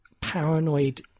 paranoid